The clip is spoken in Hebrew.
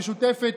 המשותפת